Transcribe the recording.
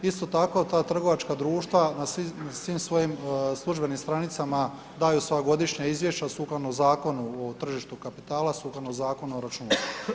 Isto tako ta trgovačka društva na svim svojim službenim stranicama daju svoja godišnja izvješća sukladno Zakonu o tržištu kapitala, sukladno zakonu o računovodstvu.